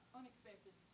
unexpected